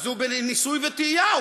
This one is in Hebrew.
אז הוא בניסוי וטעייה,